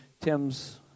Tim's